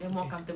ya